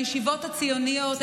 הישיבות הציוניות,